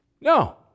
No